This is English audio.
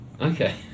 Okay